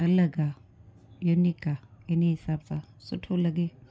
अलॻि आहे युनिक आहे इन्हीअ हिसाब सां सुठो लॻे